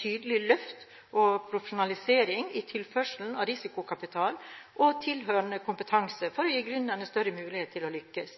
tydelig løft og profesjonalisering i tilførselen av risikokapital og tilhørende kompetanse for å gi gründerne større mulighet til å lykkes.